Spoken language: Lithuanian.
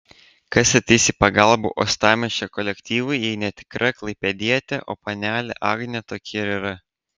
kas ateis į pagalbą uostamiesčio kolektyvui jei ne tikra klaipėdietė o panelė agnė tokia ir yra